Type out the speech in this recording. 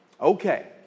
okay